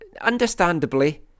understandably